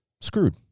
screwed